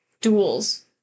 duels